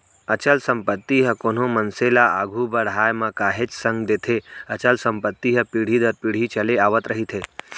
अचल संपत्ति ह कोनो मनसे ल आघू बड़हाय म काहेच संग देथे अचल संपत्ति ह पीढ़ी दर पीढ़ी चले आवत रहिथे